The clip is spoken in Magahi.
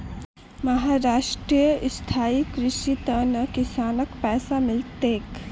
महाराष्ट्रत स्थायी कृषिर त न किसानक पैसा मिल तेक